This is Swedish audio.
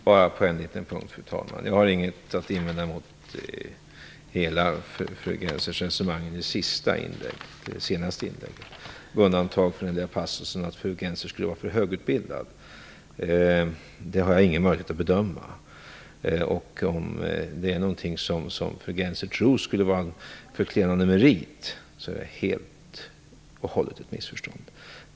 Fru talman! Jag vill bara kommentera en liten punkt. Jag har inget att invända mot fru Gennsers resonemang i det senaste inlägget, med undantag för den passusen att fru Gennser skulle vara för högutbildad. Det har jag ingen möjlighet att bedöma. Om det är någonting som fru Gennser tror skulle vara en förklenande merit är det helt och hållet ett missförstånd.